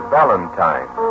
Valentine